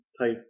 type